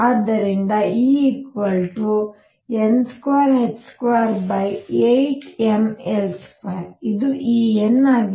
ಆದ್ದರಿಂದ En2h28mL2 ಇದು En ಆಗಿದೆ